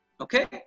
Okay